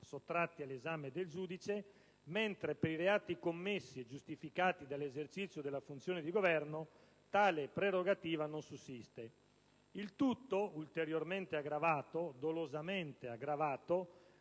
sottratti all'esame del giudice, mentre per i reati commessi e giustificati dall'esercizio della funzione di governo tale prerogativa non sussiste. Il tutto è ulteriormente aggravato, dolosamente aggravato